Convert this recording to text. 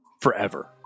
forever